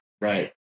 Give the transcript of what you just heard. Right